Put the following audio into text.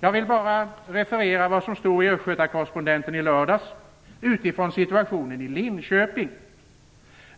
Jag vill bara referera vad som stod i Östgöta Correspondenten i lördags om situationen i Linköping.